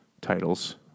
titles